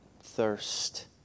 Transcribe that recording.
thirst